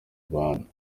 rwanda